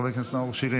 חבר הכנסת נאור שירי,